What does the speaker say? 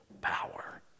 power